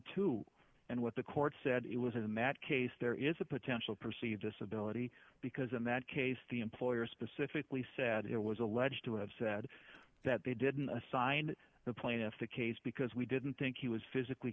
to and what the court said it was in that case there is a potential perceived disability because in that case the employer specifically said it was alleged to have said that they didn't assign the plaintiff the case because we didn't think he was physically